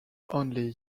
only